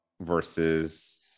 versus